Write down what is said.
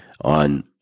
on